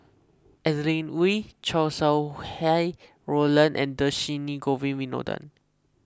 Adeline Ooi Chow Sau Hai Roland and Dhershini Govin Winodan